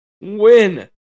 win